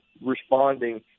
responding